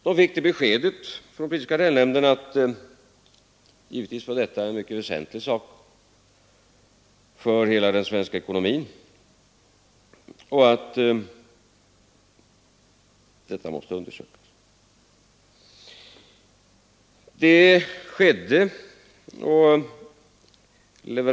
De fick det beskedet från prisoch kartellnämnden att detta givetvis var en mycket väsentlig fråga för hela den svenska ekonomin och måste undersökas. Så skedde också.